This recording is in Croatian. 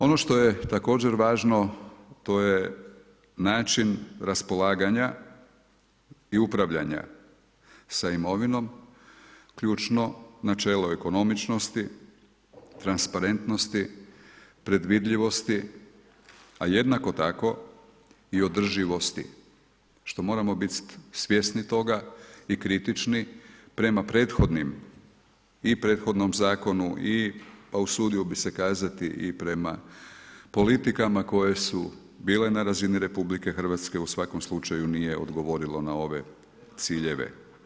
Ono što je također važno to je način raspolaganja i upravljanja sa imovinom, ključno načelo ekonomičnosti, transparentnosti, predvidljivosti, a jednako tako i održivosti što moramo biti svjesni toga i kritični prema prethodnim i prethodnom zakonu i usudio bih se kazati i prema politikama koje su bile na razini RH u svakom slučaju nije odgovorilo na ove ciljeve.